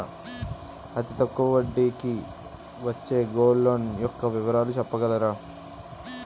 అతి తక్కువ వడ్డీ కి వచ్చే గోల్డ్ లోన్ యెక్క వివరాలు చెప్పగలరా?